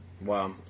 Wow